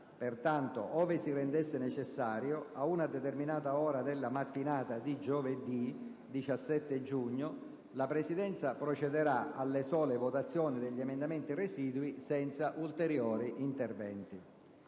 Pertanto, ove si rendesse necessario, a una determinata ora della mattina di giovedì 17 giugno, la Presidenza procederà alle sole votazioni degli emendamenti residui, senza ulteriori interventi.